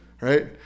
Right